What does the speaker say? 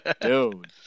Dude